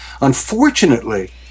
Unfortunately